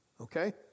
Okay